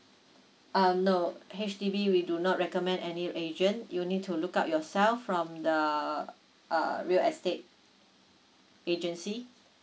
uh no H_D_B we do not recommend any agent you need to look up yourself from the uh real estate agency